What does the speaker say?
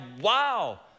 wow